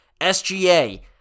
SGA